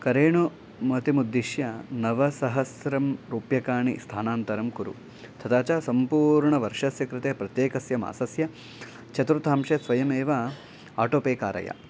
करेणुमतिमुद्दिश्य नवसहस्रं रूप्यकाणि स्थानान्तरं कुरु तथा च सम्पूर्णवर्षस्य कृते प्रत्येकस्य मासस्य चतुर्थंशे स्वयमेव आटो पे कारय